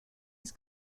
his